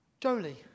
Jolie